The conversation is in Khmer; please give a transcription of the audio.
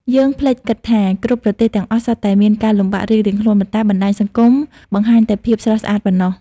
យើងភ្លេចគិតថា គ្រប់ប្រទេសទាំងអស់សុទ្ធតែមានការលំបាករៀងៗខ្លួន ប៉ុន្តែបណ្តាញសង្គមបង្ហាញតែភាពស្រស់ស្អាតប៉ុណ្ណោះ។